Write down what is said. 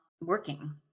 working